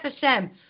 Hashem